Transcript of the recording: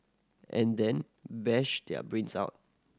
and then bash their brains out